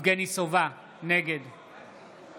יבגני סובה, נגד